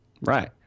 Right